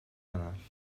arall